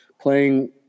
playing